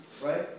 right